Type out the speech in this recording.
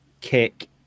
kick